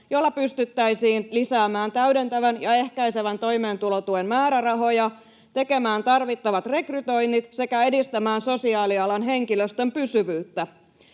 jolla pystyttäisiin lisäämään täydentävän ja ehkäisevän toimeentulotuen määrärahoja, tekemään tarvittavat rekrytoinnit sekä edistämään sosiaalialan henkilöstön pysyvyyttä.